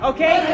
Okay